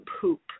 poop